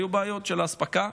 היו בעיות של אספקה,